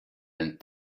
and